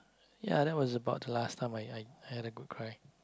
ya that was about the last time I I I had a good cry